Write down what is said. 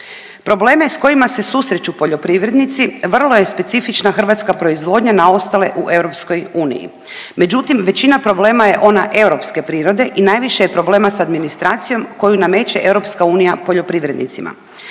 Probleme s kojima se susreću poljoprivrednici vrlo je specifična hrvatska proizvodnja na ostale u EU. Međutim, većina problema je ona europske prirode i najviše je problema s administracijom koju nameće EU poljoprivrednicima.